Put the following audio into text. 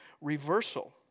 reversal